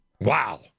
Wow